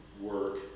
work